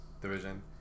division